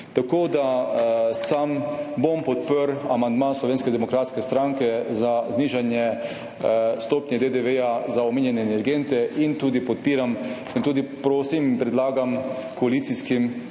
Sam bom podprl amandma Slovenske demokratske stranke za znižanje stopnje DDV za omenjene energente in tudi prosim in predlagam koalicijskim